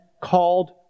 called